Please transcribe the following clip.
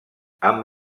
amb